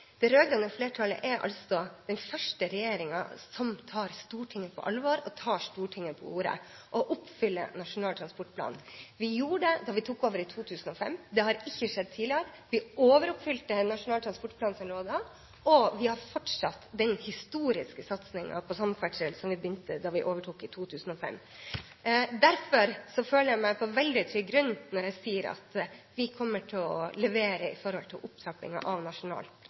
er den første regjeringen som tar Stortinget på alvor, og som tar Stortinget på ordet og oppfyller Nasjonal transportplan. Vi gjorde det da vi tok over i 2005. Det har ikke skjedd tidligere. Vi overoppfylte Nasjonal transportplan da, og vi har fortsatt den historiske satsingen på samferdsel som vi begynte på da vi overtok i 2005. Derfor føler jeg meg på veldig trygg grunn når jeg sier at vi kommer til å levere i forhold til opptrappingen av Nasjonal